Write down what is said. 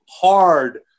hard